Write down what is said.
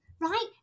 Right